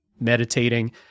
meditating